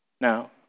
Now